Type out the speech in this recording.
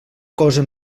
cosa